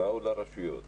באו לרשויות,